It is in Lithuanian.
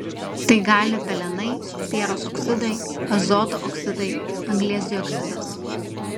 tai gali pelenai sieros oksidai azoto oksidai anglies dioksidas